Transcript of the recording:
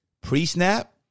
Pre-snap